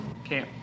Okay